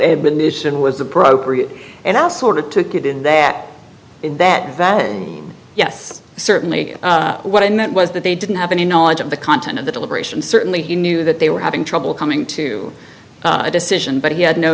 been mission was appropriate and i'll sort of took it in that in that valley and yes certainly what i meant was that they didn't have any knowledge of the content of the deliberation certainly he knew that they were having trouble coming to a decision but he had no